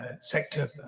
sector